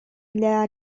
для